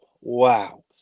wow